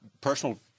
personal